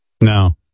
No